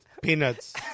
peanuts